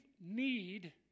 need